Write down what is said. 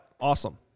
Awesome